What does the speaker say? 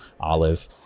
olive